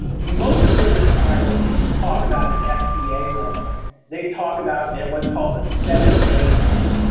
most of the time when people talk about an sba loan they talk about and what's called the seven a loan.